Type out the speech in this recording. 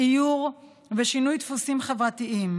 עיור ושינוי דפוסים חברתיים.